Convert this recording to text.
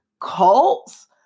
cults